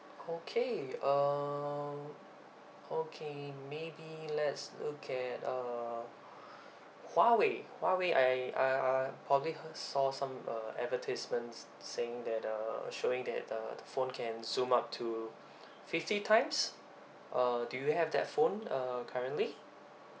okay uh okay maybe let's look at uh Huawei Huawei I uh uh probably heard saw some uh advertisements saying that uh showing that uh the phone can zoom up to fifty times uh do you have that phone uh currently